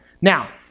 Now